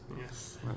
yes